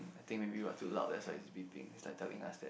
I think maybe it was too loud that's why is beeping is like telling us that